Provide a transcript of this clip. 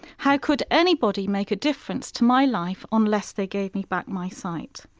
how could anybody make a difference to my life unless they gave me back my sight?